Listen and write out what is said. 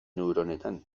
neuronetan